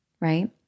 right